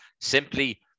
simply